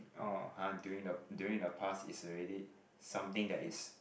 uh during the during the past is already something that is